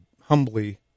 humbly